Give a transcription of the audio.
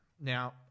Now